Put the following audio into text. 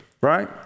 right